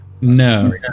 No